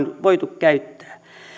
voitu käyttää